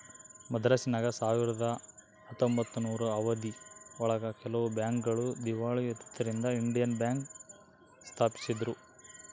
ಮದ್ರಾಸಿನಾಗ ಸಾವಿರದ ಹತ್ತೊಂಬತ್ತನೂರು ಅವಧಿ ಒಳಗ ಕೆಲವು ಬ್ಯಾಂಕ್ ಗಳು ದೀವಾಳಿ ಎದ್ದುದರಿಂದ ಇಂಡಿಯನ್ ಬ್ಯಾಂಕ್ ಸ್ಪಾಪಿಸಿದ್ರು